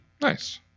Nice